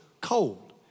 cold